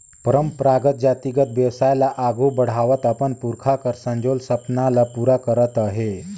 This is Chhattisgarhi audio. परंपरागत जातिगत बेवसाय ल आघु बढ़ावत अपन पुरखा कर संजोल सपना ल पूरा करत अहे